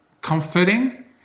comforting